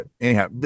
Anyhow